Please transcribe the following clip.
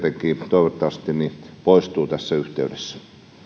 toivottavasti tietenkin poistuu tässä yhteydessä